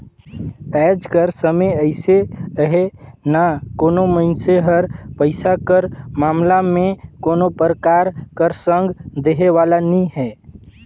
आएज कर समे अइसे अहे ना कोनो मइनसे हर पइसा कर मामला में कोनो परकार कर संग देहे वाला नी हे